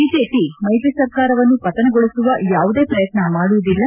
BJP ಮೈತ್ರಿ ಸರ್ಕಾರವನ್ನು ಪತನಗೊಳಿಸುವ ಯಾವುದೇ ಪ್ರಯತ್ಯ ಮಾಡುವುದಿಲ್ಲ